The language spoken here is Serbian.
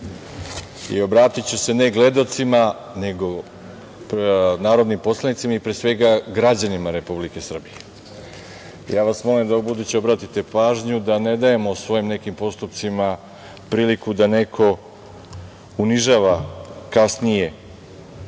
i obratiću se ne gledaocima, nego narodnim poslanicima i pre svega građanima Republike Srbije. Ja vas molim da ubuduće obratite pažnju da ne dajemo svojim nekim postupcima priliku da neko unižava kasnije